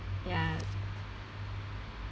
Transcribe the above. ya